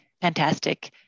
Fantastic